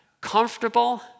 comfortable